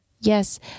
Yes